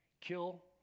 kill